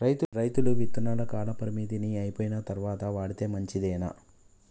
రైతులు విత్తనాల కాలపరిమితి అయిపోయిన తరువాత వాడితే మంచిదేనా?